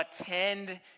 attend